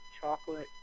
chocolate